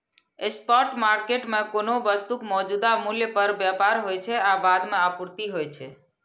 spot market मे कोनो वस्तुक मौजूदा मूल्य पर व्यापार होइ छै आ बाद मे आपूर्ति होइ छै